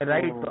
Right